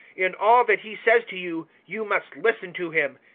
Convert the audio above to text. in all that he says to you, you must listen to him.